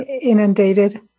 Inundated